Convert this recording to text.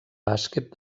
bàsquet